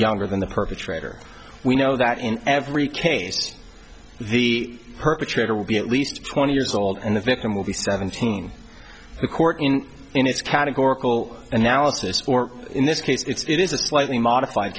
younger than the perpetrator we know that in every case the perpetrator will be at least twenty years old and the victim will be seventeen the court in its categorical analysis or in this case it's it is a slightly modified